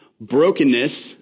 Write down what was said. brokenness